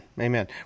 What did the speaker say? Amen